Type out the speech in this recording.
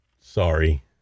Sorry